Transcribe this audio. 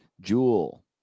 Jewel